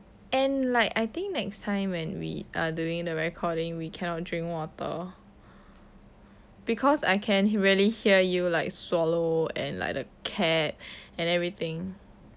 and like I think next time when we are doing the recording we cannot drink water because I can really hear you like swallow and like the cap and everything